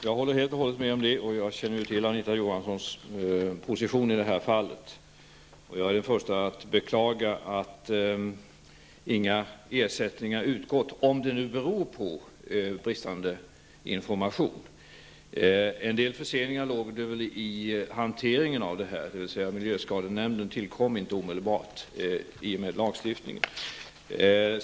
Fru talman! Jag håller helt med och känner också till Anita Johanssons position i de här fallet. Jag är den förste att beklaga att inga ersättningar har utgått, om det nu beror på brist på information. En del förseningar berodde väl på hanteringen, eftersom miljöskadenämnden inte tillkom omedelbart efter lagstiftningen.